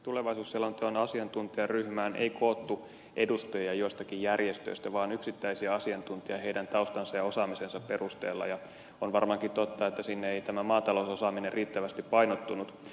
tulevaisuusselonteon asiantuntijaryhmään ei koottu edustajia joistakin järjestöistä vaan yksittäisiä asiantuntijoita heidän taustansa ja osaamisensa perusteella ja on varmaankin totta että sinne ei tämä maatalousosaaminen riittävästi painottunut